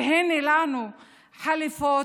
והינה לנו חליפות